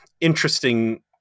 interesting